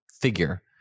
figure